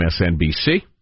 MSNBC